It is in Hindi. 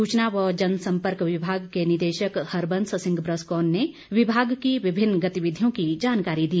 सूचना व जनसम्पर्क विभाग के निदेशक हरबंस सिंह ब्रसकोन ने विभाग की विभिन्न गतिविधियों की जानकारी दी